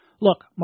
look